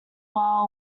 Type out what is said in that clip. while